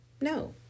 no